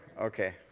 okay